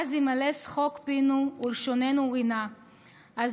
אז יִמָּלא שחוק פינו ולשוננו רִנה אז